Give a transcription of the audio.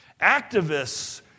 Activists